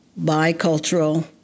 bicultural